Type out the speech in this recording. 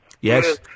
Yes